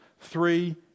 three